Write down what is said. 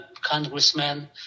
congressman